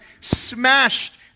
smashed